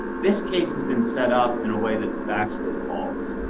this case has been set up in a way that's factually false.